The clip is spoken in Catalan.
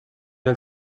del